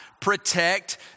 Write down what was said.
protect